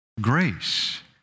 grace